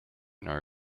know